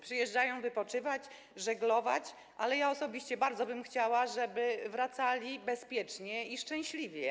Przyjeżdżają wypoczywać, żeglować, ale ja osobiście bardzo bym chciała, żeby wracali bezpiecznie i szczęśliwie.